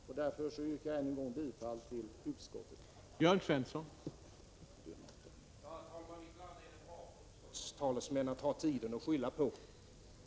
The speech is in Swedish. Jag yrkar än en gång bifall till utskottets skrivning.